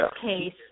case